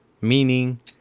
meaning